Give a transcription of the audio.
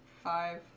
five.